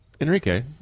Enrique